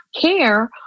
care